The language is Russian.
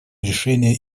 решения